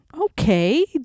Okay